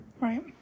Right